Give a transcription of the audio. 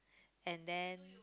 and then